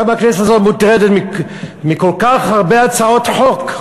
גם הכנסת הזאת מוטרדת מכל כך הרבה הצעות חוק.